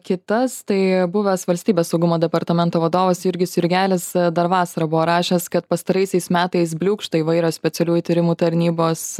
kitas tai buvęs valstybės saugumo departamento vadovas jurgis jurgelis dar vasarą buvo rašęs kad pastaraisiais metais bliūkšta įvairios specialiųjų tyrimų tarnybos